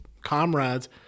comrades